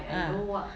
ah